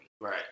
right